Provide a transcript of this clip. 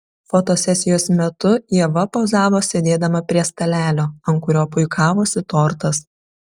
fotosesijos metu ieva pozavo sėdėdama prie stalelio ant kurio puikavosi tortas